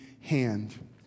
hand